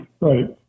right